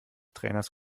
trainers